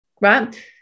right